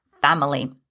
family